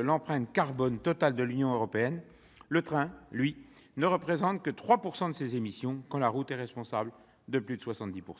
l'empreinte carbone totale de l'Union européenne, le train, lui, ne représente que 3 % de ces émissions, quand la route est responsable de plus de 70 %.